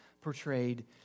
portrayed